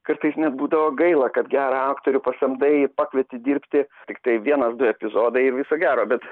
kartais net būdavo gaila kad gerą aktorių pasamdai pakvieti dirbti tiktai vienas du epizodai ir viso gero bet